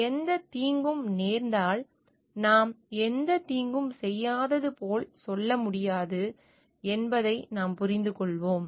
எந்தத் தீங்கும் நேர்ந்தால் நாம் எந்தத் தீங்கும் செய்யாதது போல் சொல்ல முடியாது என்பதை நாம் புரிந்துகொள்கிறோம்